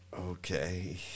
Okay